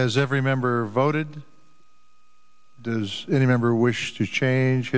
has every member voted does any member wish to change